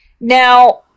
Now